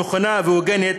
נכונה והוגנת,